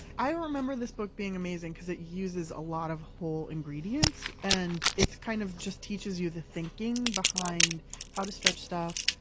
i remember this book being amazing because it uses a lot of whole ingredients and it's kind of just teaches you the thinking behind how to stretch stuff,